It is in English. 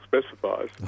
specifies